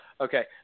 okay